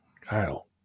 Kyle